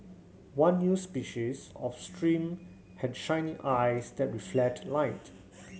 one new species of stream had shiny eyes that reflect light